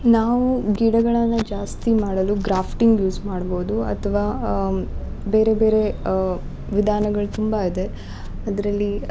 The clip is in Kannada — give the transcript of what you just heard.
ನಾವು ಗಿಡಗಳನ್ನು ಜಾಸ್ತಿ ಮಾಡಲು ಗ್ರಾಫ್ಟಿಂಗ್ ಯೂಸ್ ಮಾಡ್ಬೋದು ಅಥ್ವಾ ಬೇರೆ ಬೇರೆ ವಿಧಾನಗಳು ತುಂಬ ಇದೆ ಅದರಲ್ಲಿ